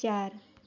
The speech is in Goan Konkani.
चार